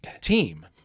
Team